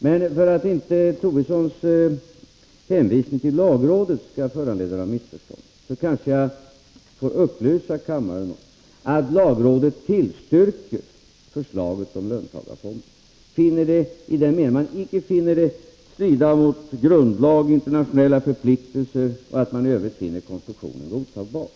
Men för att Lars Tobissons hänvisning till lagrådet inte skall föranleda något missförstånd kanske jag får upplysa kammaren om att lagrådet tillstyrker förslaget om löntagarfonder, i den meningen att man icke finner det strida mot grundlag och internationella förpliktelser och att man i övrigt finner konstruktionen godtagbar.